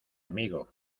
amigo